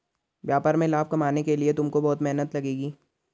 व्यापार में लाभ कमाने के लिए तुमको बहुत मेहनत लगेगी